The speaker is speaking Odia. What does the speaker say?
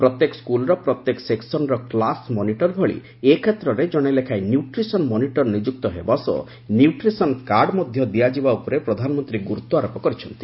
ପ୍ରତ୍ୟେକ ସ୍କୁଲ୍ର ପ୍ରତ୍ୟେକ ସେକ୍ୱନର କ୍ଲାସ୍ ମନିଟର ଭଳି ଏ କ୍ଷେତ୍ରରେ ଜଣେ ଲେଖାଏଁ ନ୍ୟୁଟ୍ରିସନ୍ ମନିଟର୍ ନିଯୁକ୍ତ ହେବା ସହ ନ୍ୟୁଟ୍ରିସନ୍ କାର୍ଡ଼ ମଧ୍ୟ ଦିଆଯିବା ଉପରେ ପ୍ରଧାନମନ୍ତ୍ରୀ ଗୁରୁତ୍ୱ ଆରୋପ କରିଛନ୍ତି